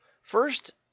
First